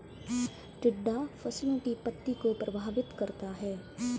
टिड्डा फसलों की पत्ती को प्रभावित करता है